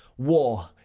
war,